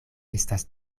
estas